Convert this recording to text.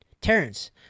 Terrence